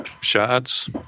shards